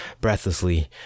breathlessly